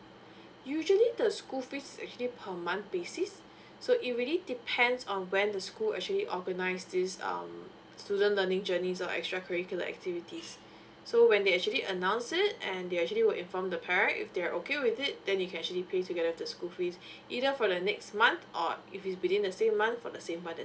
usually the school fees is actually per month basis so it really depends on when the school actually organize this um student learning journeys or extra curricular activities so when they actually announce it and they actually will inform the parents if they're okay with it then they can actually pay together with the school fees either for the next month or if it's within the same month for the same